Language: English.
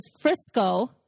Frisco